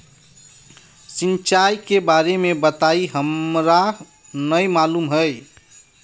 सिंचाई के बारे में बताई हमरा नय मालूम है?